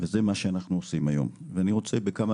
וזה מה שאנחנו עושים היום ואני רוצה בכמה